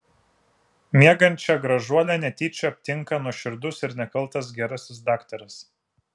miegančią gražuolę netyčia aptinka nuoširdus ir nekaltas gerasis daktaras